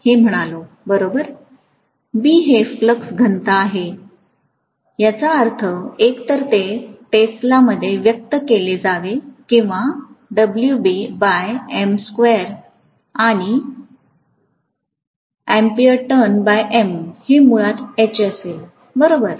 B हे flux घनता आहे याचा अर्थ एकतर ते टेस्लामध्ये व्यक्त केले जावे किंवा आणि हे मुळात H असेल बरोबर